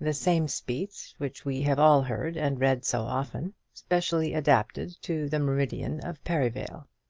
the same speech which we have all heard and read so often, specially adapted to the meridian of perivale.